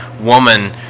woman